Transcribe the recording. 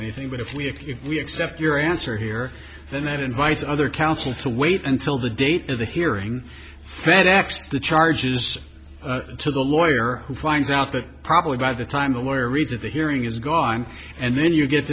anything but if we if we accept your answer here then invites other counsel to wait until the date of the hearing that acts the charges to the lawyer who finds out but probably by the time the lawyer reads of the hearing is gone and then you get